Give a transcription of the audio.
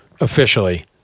officially